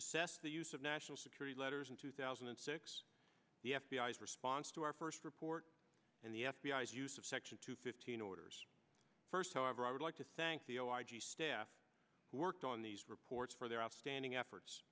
assess the use of national security letters in two thousand and six the f b i s response to our first report and the f b i s use of section two fifteen orders first however i would like to thank the o i g staff who worked on these reports for their outstanding efforts